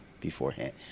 beforehand